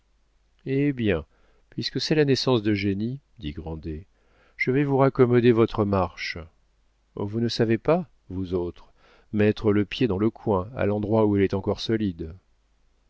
hé bien puisque c'est la naissance d'eugénie dit grandet je vais vous raccommoder votre marche vous ne savez pas vous autres mettre le pied dans le coin à l'endroit où elle est encore solide